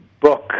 book